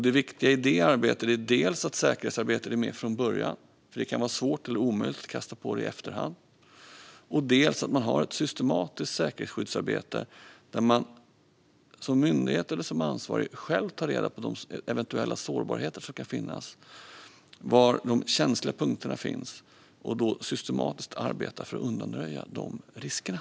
Det viktiga i det arbetet är dels att säkerhetsarbetet är med från början, eftersom det kan vara svårt eller omöjligt att kasta på det i efterhand, dels att man har ett systematiskt säkerhetsskyddsarbete där man som myndighet eller ansvarig själv tar reda på vilka sårbarheter som eventuellt kan finnas, tar reda på var de känsliga punkterna finns och systematiskt arbetar för att undanröja de riskerna.